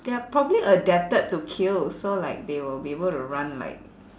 they are probably adapted to kill so like they will be able to run like